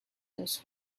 those